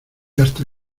hasta